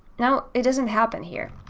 now it doesn't happen here,